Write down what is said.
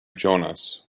jonas